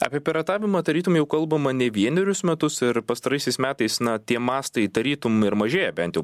apie piratavimą tarytum jau kalbama ne vienerius metus ir pastaraisiais metais na tie mastai tarytum ir mažėja bent jau